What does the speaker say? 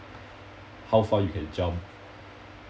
how far you can jump